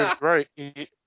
Right